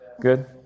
Good